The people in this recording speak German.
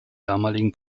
damaligen